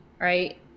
right